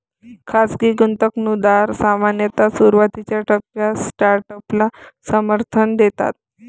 खाजगी गुंतवणूकदार सामान्यतः सुरुवातीच्या टप्प्यात स्टार्टअपला समर्थन देतात